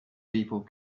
people